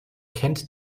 kennt